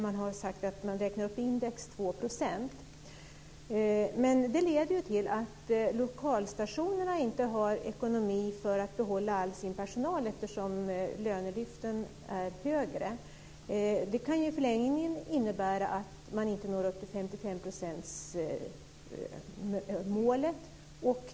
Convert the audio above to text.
Man räknar upp index med 2 % men det leder till att lokalstationerna inte har ekonomi för att behålla all sin personal eftersom lönelyften är högre. I en förlängning kan det innebära att man inte når upp till 55-procentsmålet.